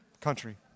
Country